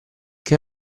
che